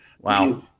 Wow